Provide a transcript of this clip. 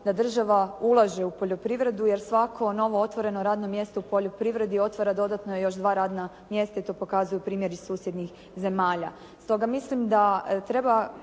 da država ulaže u poljoprivredu jer svako novo otvoreno radno mjesto u poljoprivredi otvara dodatno još dva radna mjesta i to pokazuju primjeri susjednih zemalja.